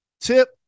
Tip